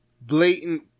blatant